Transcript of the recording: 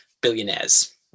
billionaires